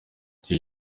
iki